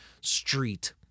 street